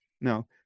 now